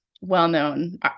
well-known